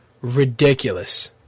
ridiculous